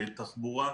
תחבורה,